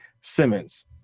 Simmons